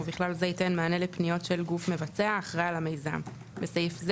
ובגלל זה ייתן מענה לפניות של גוף מבצע האחראי על המיזם (בסעיף זה